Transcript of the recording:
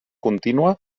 contínua